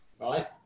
Right